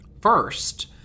First